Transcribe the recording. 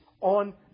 on